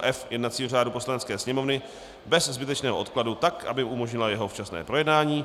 f) jednacího řádu Poslanecké sněmovny bez zbytečného odkladu, tak aby umožnila jeho včasné projednání.